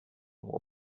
will